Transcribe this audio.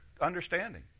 understanding